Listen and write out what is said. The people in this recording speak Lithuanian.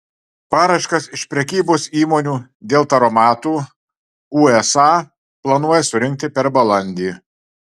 paraiškas iš prekybos įmonių dėl taromatų usa planuoja surinkti per balandį